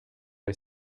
les